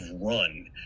run